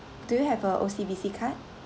do you have a O_C_B_C card